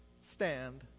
stand